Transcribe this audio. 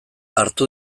hartu